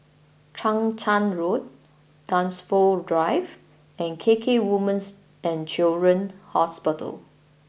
Chang Charn Road Dunsfold Drive and K K Women's and Children's Hospital